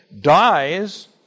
dies